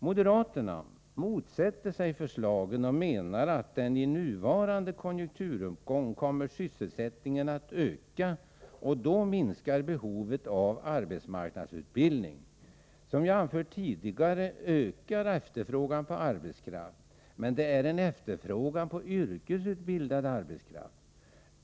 Moderaterna motsätter sig förslagen och menar att sysselsättningen i den nuvarande konjunkturuppgången kommer att öka, och då minskar behovet av arbetsmarknadsutbildning. Som jag anfört tidigare ökar efterfrågan på arbetskraft, men det är en efterfrågan på yrkesutbildad arbetskraft.